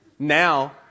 Now